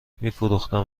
میفروختم